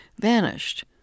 vanished